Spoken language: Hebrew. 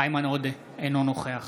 איימן עודה, אינו נוכח